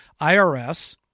IRS